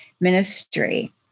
ministry